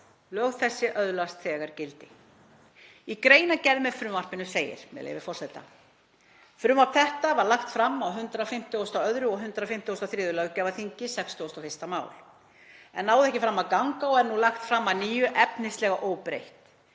„Lög þessi öðlast þegar gildi.“ Í greinargerð með frumvarpinu segir, með leyfi forseta: „Frumvarp þetta var lagt fram á 152. og 153. löggjafarþingi (61. mál) en náði ekki fram að ganga og er nú lagt fram að nýju efnislega óbreytt.